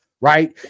right